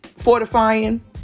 fortifying